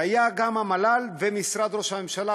והיו גם המל"ל ומשרד ראש הממשלה,